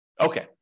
Okay